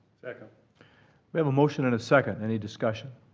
second we have a motion and a second. any discussion?